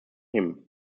him